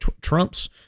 Trump's